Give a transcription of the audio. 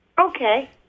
Okay